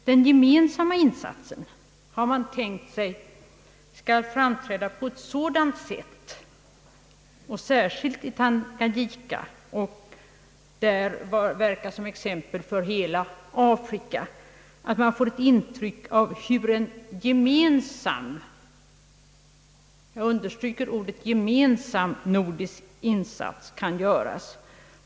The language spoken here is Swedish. Den gemensamma insatsen har man tänkt sig skall framträda på ett sådant sätt särskilt i Tanganyika och där verka som exempel för hela Afrika, så att man får ett intryck av hur en semensam — jag understryker ordet semensam — nordisk insats kan göras.